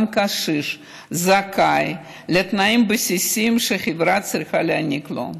גם קשיש זכאי לתנאים בסיסיים שהחברה צריכה להעניק לו: